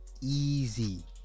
easy